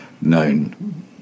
known